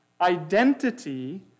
identity